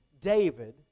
David